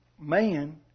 man